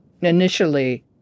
initially